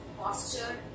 posture